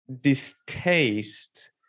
distaste